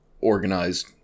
organized